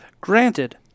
Granted